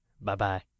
Bye-bye